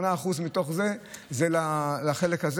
8% מתוך זה זה לחלק הזה.